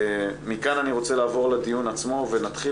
מכאן אני רוצה לעבור אל הדיון עצמו ונתחיל